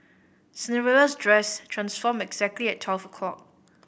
Cinderella's dress transformed exactly at twelve o'clock